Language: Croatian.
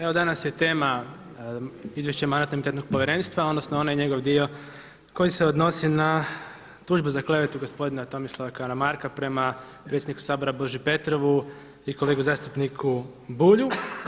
Evo danas je tema Izvješće Mandatno-imunitetno povjerenstva odnosno onaj dio koji se odnosi na tužbe za klevetu gospodina Tomislava Karamarka prema predsjedniku Sabora Boži Petrovu i kolegi zastupniku Bulju.